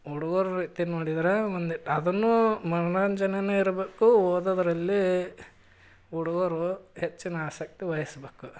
ಹುಡುಗುರ್ ರೀತಿ ನೋಡಿದ್ರೆ ಒಂದಿಟು ಅದನ್ನೂ ಮನ್ರಂಜನೆಯೇ ಇರಬೇಕು ಓದೋದರಲ್ಲಿ ಹುಡುಗುರು ಹೆಚ್ಚಿನ ಆಸಕ್ತಿ ವಹಿಸ್ಬೇಕು